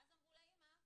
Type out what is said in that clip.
ואז אמרו לאימא,